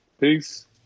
Peace